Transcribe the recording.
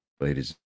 Ladies